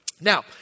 Now